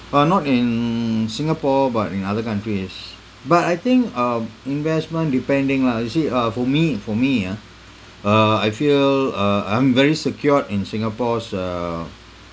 but not in Singapore but in other countries but I think um investment depending lah you see uh for me for me ah uh I feel uh I'm very secured in Singapore's uh